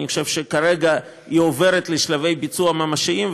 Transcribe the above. אני חושב שכרגע היא עוברת לשלבי ביצוע ממשיים,